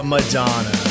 Madonna